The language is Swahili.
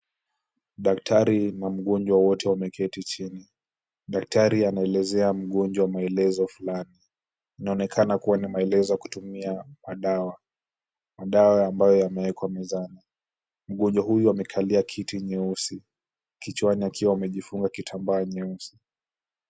Daktari na mgonjwa wote wameketi chini. Daktari anaelezea mgonjwa maelezo fulani, inaonekana kua ni maelezo kutumia madawa. Madawa ambayo yamewekwa mezani. Mgonjwa huyo amekalia kiti nyeusi kichwani akiwa amejifunga kitamba nyeusi.